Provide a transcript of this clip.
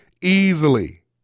easily